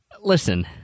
Listen